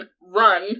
run